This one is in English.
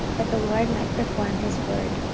that the lord might perform his word,